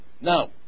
Now